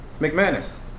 McManus